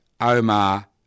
Omar